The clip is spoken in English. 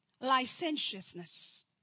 licentiousness